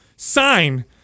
sign